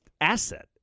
asset